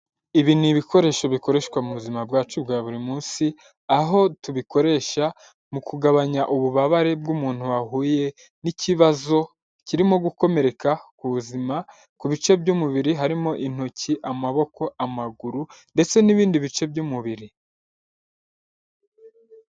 Ibi ni ibikoresho bikoreshwa mu buzima bwacu bwa buri munsi aho tubikoresha mu kugabanya ububabare bw'umuntu wahuye n'ikibazo kirimo gukomereka ku buzima ku bice by'umubiri harimo intoki, amaboko amaguru ndetse n'ibindi bice by'umubiri.